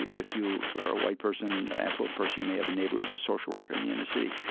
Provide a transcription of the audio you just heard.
if you are a white person, affluent person, you may have a neighbor who's a social worker in the inner city,